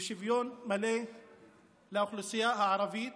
בשוויון מלא לאוכלוסייה הערבית.